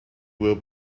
will